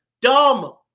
Dumb